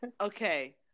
Okay